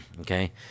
Okay